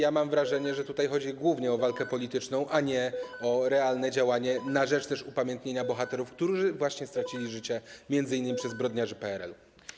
Zatem mam wrażenie, że chodzi głównie o walkę polityczną, a nie o realne działanie na rzecz upamiętnienia bohaterów, którzy stracili życie m.in. przez zbrodniarzy PRL.